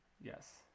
Yes